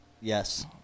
Yes